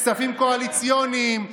כספים קואליציוניים,